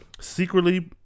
secretly